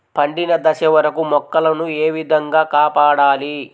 పండిన దశ వరకు మొక్కల ను ఏ విధంగా కాపాడాలి?